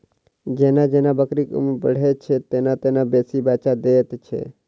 जेना जेना बकरीक उम्र बढ़ैत छै, तेना तेना बेसी बच्चा दैत छै